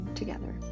together